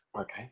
Okay